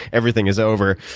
everything is over,